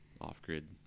off-grid